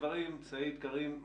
מר פרץ וכל מי שנמצא שם, אני מודה לכם.